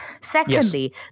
secondly